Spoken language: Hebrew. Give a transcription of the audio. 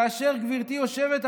כאשר גברתי יושבת עכשיו,